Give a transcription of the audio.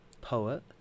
poet